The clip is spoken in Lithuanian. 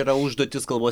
yra užduotis kalbos